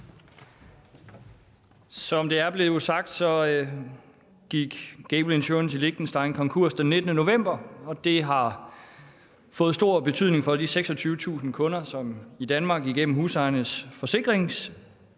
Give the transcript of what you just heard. Som det er blevet sagt, gik Gable Insurance i Liechtenstein konkurs den 19. november, og det har fået stor betydning for de 26.000 kunder, som i Danmark igennem Husejernes Forsikring Assurance